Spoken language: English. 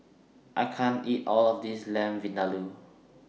I can't eat All of This Lamb Vindaloo